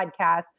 podcast